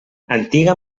antiga